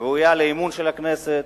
ראויה לאמון של הכנסת.